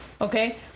Okay